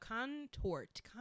contort